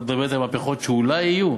אתה מדבר אתי על מהפכות שאולי יהיו,